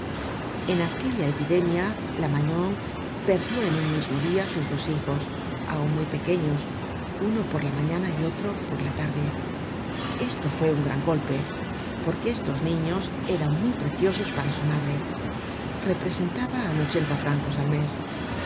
en aquella epidemia la magnon perdió en un mismo dia sus dos hijos aun muy pequeños uno por la mañana y otro por la tarde esto fue un gran golpe porque estos niños eran muy preciosos para su madre representaban ochenta francos al mes